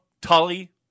Tully